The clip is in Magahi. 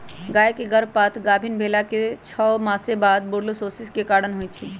गाय के गर्भपात गाभिन् भेलाके छओ मास बाद बूर्सोलोसिस के कारण होइ छइ